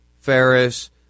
Ferris